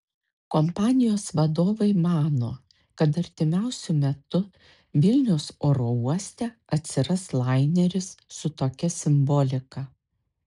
kompanijos vadovai mano kad artimiausiu metu vilniaus oro uoste atsiras laineris su tokia simbolika